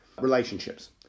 relationships